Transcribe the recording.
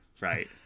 Right